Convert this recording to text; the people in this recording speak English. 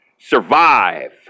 Survive